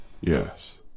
Yes